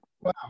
wow